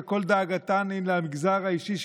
שכל דאגתן היא למגזר האישי שלהן.